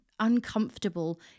uncomfortable